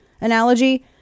analogy